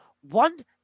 one